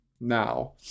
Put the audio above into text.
now